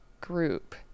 group